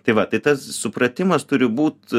tai va tai tas supratimas turi būt